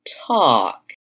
talk